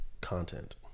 content